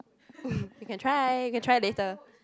you can try you can try later